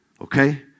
Okay